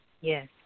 Yes